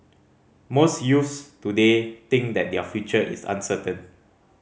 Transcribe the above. most youths today think that their future is uncertain